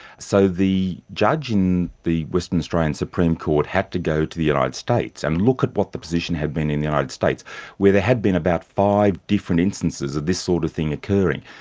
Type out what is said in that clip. so the judge in the western australian supreme court had to go to the united states and look at what the position had been in the united states where there had been about five different instances of this sort of thing occurring,